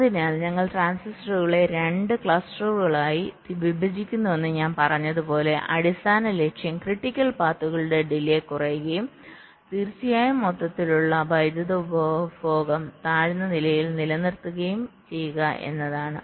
അതിനാൽ ഞങ്ങൾ ട്രാൻസിസ്റ്ററുകളെ രണ്ട് ക്ലസ്റ്ററുകളായി വിഭജിക്കുന്നുവെന്ന് ഞാൻ പറഞ്ഞതുപോലെ അടിസ്ഥാന ലക്ഷ്യം ക്രിട്ടിക്കൽ പാത്തുകളുടെ ഡിലെ കുറയ്ക്കുകയും തീർച്ചയായും മൊത്തത്തിലുള്ള വൈദ്യുതി ഉപഭോഗം താഴ്ന്ന നിലയിൽ നിലനിർത്തുകയും ചെയ്യുക എന്നതാണ്